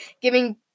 giving